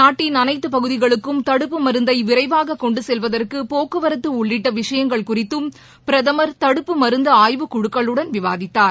நாட்டின் அனைத்துப் பகுதிகளுக்கும் தடுப்பு மருந்தை விரைவாக கொண்டுச் செல்வதற்கு போக்குவரத்து உள்ளிட்ட விஷயங்கள் குறித்தும் பிரதமர் தடுப்பு மருந்து ஆய்வுக் குழுக்களுடன் விவாதித்தார்